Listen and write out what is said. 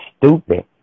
stupid